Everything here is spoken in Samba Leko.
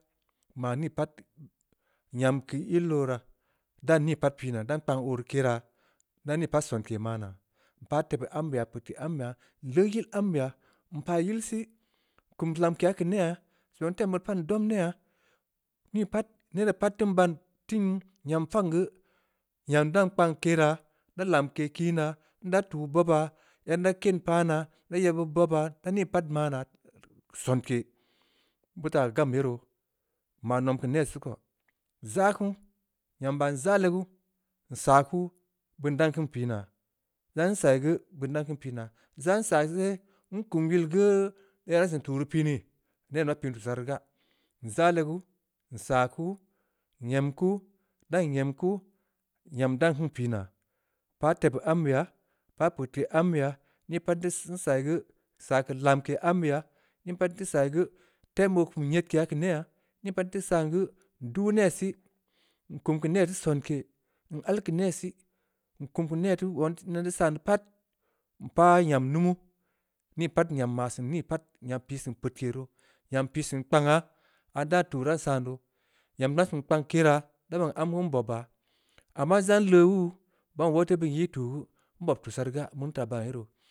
Nmaa nii pat, nyam keu yil oo raa, dan nii pat pii naa, dan kpang oo rii keraa, nda nii pat sonke maa naa, npaa tebeu ambeya, puedkeya ambeya, nleu yil ambeya. npah yill sih, nkum lamkeya keu neyha, zongha nteu em beuri pat ndom neyaa, nii pat nere pat teu ban, teun naym fagn geu, nyam dan kpang keraa, nda lamke kina, nda tuu bobaa, yan nda ken pah naa, nda yeb beud boobaa, nda nii pat maa naa, sonke, beu taa gam ye roo, nmaa nom keu neh sii ko, nzaa kuu, nyam baa nzaa legu, nsaa kuu, beun dan keun pii naa, nzz nsai geu, beun dan keun pii naa, zan saa seh, nkum yil geu nere dan seun tuu rii pii nii? Neh ning ma pin tussah ri gaa, nzaa legu, nsaa kuu, nyem kuu, nda nyem kuu, nyam dan keun pii naa, npah tebeu ambeya, npah peudke ambeya, ni pat nsai geu, nsa keu lamke ambeya, nii pat nsai geu, ten oo kum nyekeya keu neyha, nii pat nteu san geu, nduu neh sih, nkum neh ta sonke, n’al keu neh sih, nkum neh zongh nteu san deu pat, npah nyam numu, nii pat nyam maa seun nii pat, nyam pii seun peudke roo, nyam pii seun kpangha, aah nda tuu dan san doo, nyam dan seun kpank keraa, da baan am geu nbob ya, amma zaa nleu wuu, nda baan beun ii teu tuu geu, nbob tussah rii gaa, meurin taa baan ye roo.